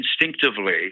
instinctively